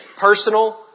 personal